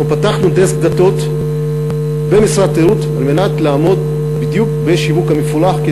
פתחנו דסק דתות במשרד התיירות על מנת לעמוד בשיווק המפולח,